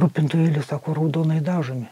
rūpintojėliai sako raudonai dažomi